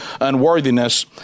unworthiness